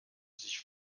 sich